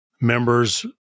members